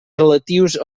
relatius